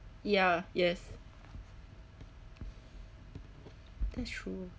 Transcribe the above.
ya yes that's true